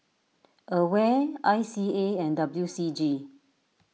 Aware I C A and W C G